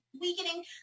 weakening